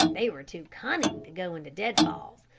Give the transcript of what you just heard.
they were too cunning to go into deadfalls.